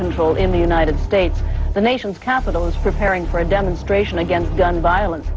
control in the united states the nation's capital is preparing for a demonstration against gun violence